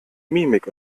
mimik